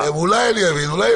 אולי אני אבין ואולי לא.